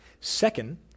Second